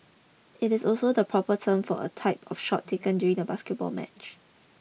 it is also the proper term for a type of shot taken during a basketball match